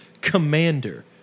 commander